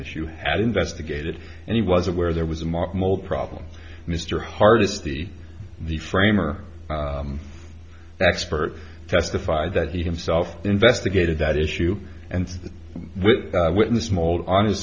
issue had investigated and he was aware there was a mop mold problem mr hardass the the framer expert testified that he himself investigated that issue and the witness mold on his